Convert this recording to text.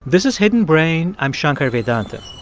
this is hidden brain. i'm shankar vedantam